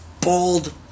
bold